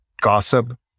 gossip